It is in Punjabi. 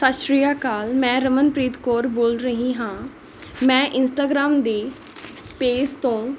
ਸਤਿ ਸ਼੍ਰੀ ਅਕਾਲ ਮੈਂ ਰਮਨਪ੍ਰੀਤ ਕੌਰ ਬੋਲ ਰਹੀ ਹਾਂ ਮੈਂ ਇੰਸਟਾਗ੍ਰਾਮ ਦੀ ਪੇਜ ਤੋਂ